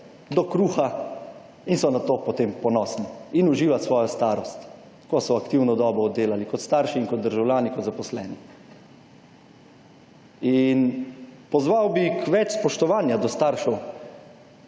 do kruha, in so na to potem ponosne, in uživati svojo starost, ko so aktivno dobo oddelali kot starši in kot državljani kot zaposleni. In, pozval bi k več spoštovanja do staršev,